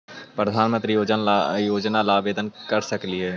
प्रधानमंत्री योजना ला आवेदन कर सकली हे?